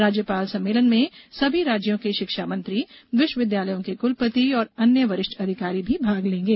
राज्यपाल सम्मेलन में सभी राज्यों के शिक्षा मंत्री विश्व्विद्यालयों के कुलपति और अन्य वरिष्ठ अधिकारी भी भाग लेंगे